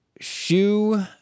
shoe